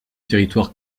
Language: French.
territoire